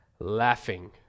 Laughing